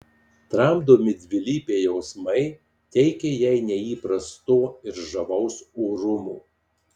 tramdomi dvilypiai jausmai teikia jai neįprasto ir žavaus orumo